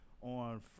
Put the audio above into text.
on